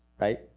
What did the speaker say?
right